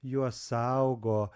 juos saugo